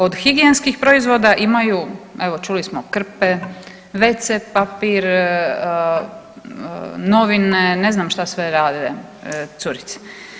Od higijenskih proizvoda imaju evo čuli smo krpe, WC papir, novine, ne znam što sve rade curice.